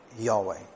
Yahweh